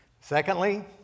Secondly